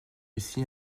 ici